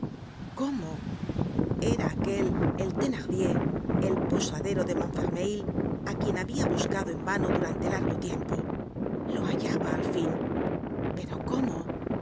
cómo era aquel el thenardier el posadero de montfermeil á quien habia buscado en vano durante largo tiempo lo hallaba al fin pero cómo